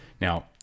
Now